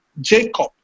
Jacob